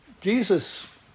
Jesus